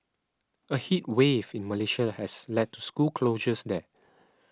a heat wave in Malaysia has led to school closures there